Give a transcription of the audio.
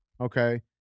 okay